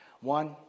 One